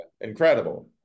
incredible